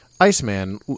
Iceman